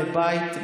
לבית,